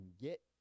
get